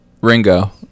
Ringo